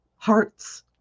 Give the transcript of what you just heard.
heart's